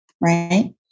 right